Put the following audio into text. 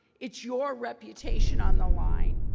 it's your reputation on the line,